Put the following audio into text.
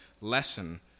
lesson